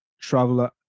traveler